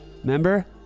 Remember